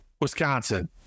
Wisconsin